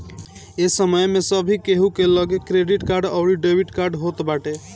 ए समय में सभे केहू के लगे क्रेडिट कार्ड अउरी डेबिट कार्ड होत बाटे